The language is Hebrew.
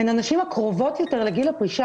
הן הנשים הקרובות יותר לגיל הפרישה